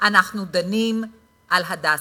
אנחנו דנים על "הדסה".